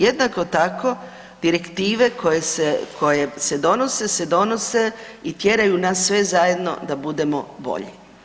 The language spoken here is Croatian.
Jednako tako direktive koje se donose, se donose i tjeraju nas sve zajedno da budemo bolje.